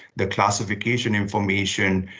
the classification information.